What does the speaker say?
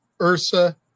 Ursa